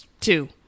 two